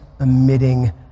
emitting